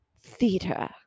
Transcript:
theater